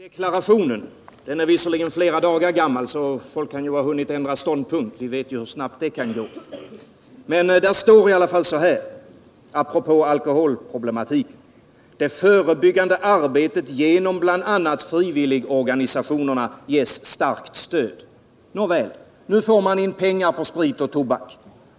Herr talman! Visserligen är regeringsdeklarationen flera dagar gammal och folk kan ha hunnit ändra ståndpunkt — vi vet ju hur snabbt det kan gå — men där står i alla fall så här apropå alkoholproblematiken: ”Det förebyggande arbetet genom bl.a. frivilligorganisationerna ges starkt stöd.” Nåväl, nu får man in pengar på sprit och tobak.